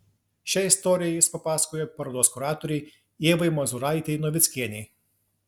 šią istoriją jis papasakojo parodos kuratorei ievai mazūraitei novickienei